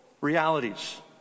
realities